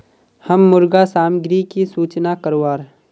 हम मुर्गा सामग्री की सूचना करवार?